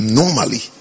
normally